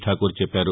ఠాకూర్ చెప్పారు